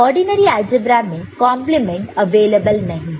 ordinary algebra में complement available नहीं है